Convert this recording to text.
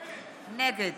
נגד